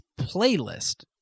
playlist